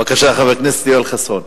בבקשה, חבר הכנסת יואל חסון,